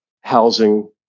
housing